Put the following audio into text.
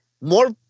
more